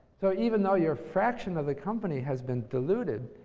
so, even though your fraction of the company has been diluted,